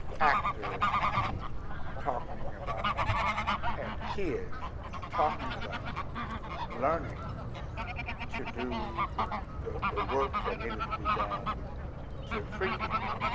actors talking about and kids talking about learning to do the, the the work that needed to be done to free people,